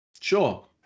Sure